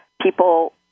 people